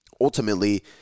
ultimately